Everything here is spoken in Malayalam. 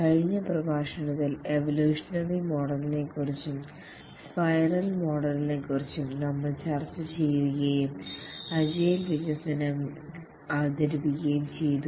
കഴിഞ്ഞ പ്രഭാഷണത്തിൽ എവൊല്യൂഷണറി മോഡലിനെ' ക്കുറിച്ചും സ്പൈറൽ മോഡലിനെക്കുറിച്ചും നമ്മൾ ചർച്ച ചെയ്യുകയും വികസനം അവതരിപ്പിക്കുകയും ചെയ്തു